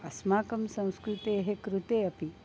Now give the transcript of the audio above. अस्माकं संस्कृतेः कृते अपि